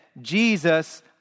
Jesus